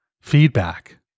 feedback